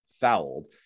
Fouled